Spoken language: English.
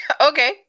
okay